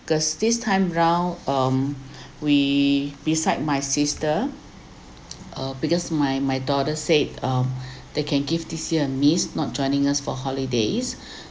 because this time round um we beside my sister uh because my my daughter said um they can give this year a miss not joining us for holidays